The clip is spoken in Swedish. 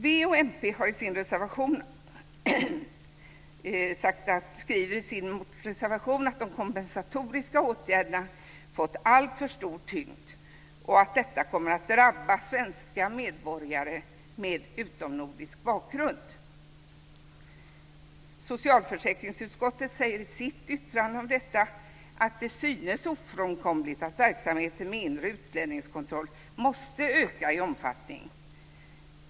Vänstern och Miljöpartiet säger i sin reservation att de kompensatoriska åtgärderna har fått alltför stor tyngd och att detta kommer att drabba svenska medborgare med utomnordisk bakgrund. Socialförsäkringsutskottet säger i sitt yttrande om detta att det synes ofrånkomligt att verksamheten med inre utlänningskontroll måste öka i omfattning.